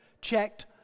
checked